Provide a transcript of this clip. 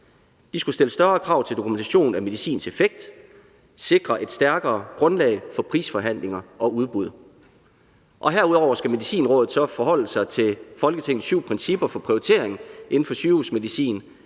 Det skulle stille større krav til dokumentationen af medicinens effekt, sikre et stærkere grundlag for prisforhandlinger og udbud. Og herudover skal Medicinrådet forholde sig til Folketingets syv principper for prioriteringen inden for sygehusmedicin,